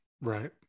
right